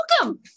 Welcome